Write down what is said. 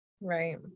right